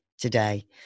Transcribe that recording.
today